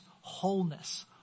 wholeness